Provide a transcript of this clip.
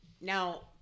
now